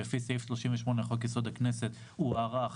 לפי סעיף 38 לחוק-יסוד: הכנסת הוא הוארך